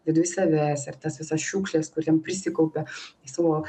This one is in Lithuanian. viduj savęs ir tas visas šiukšles kur ten prisikaupia į savo